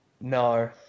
No